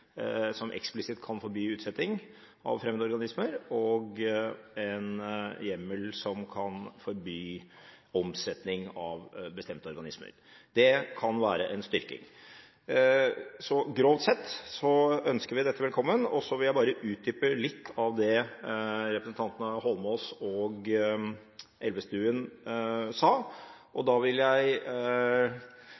som eksplisitt kan forby utsetting av fremmede organismer, og en hjemmel som kan forby omsetning av bestemte organismer. Det kan være en styrking, så grovt sett ønsker vi dette velkommen. Så vil jeg bare utdype litt av det som representantene Holmås og Elvestuen sa.